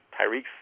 Tyreek